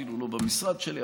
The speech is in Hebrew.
אפילו לא במשרד שלי,